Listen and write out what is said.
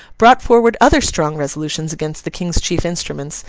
brought forward other strong resolutions against the king's chief instruments,